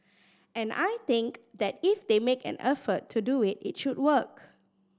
and I think that if they make an effort to do it it should work